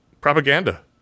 propaganda